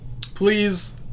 Please